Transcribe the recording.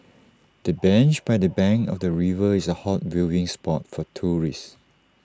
the bench by the bank of the river is A hot viewing spot for tourists